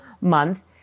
month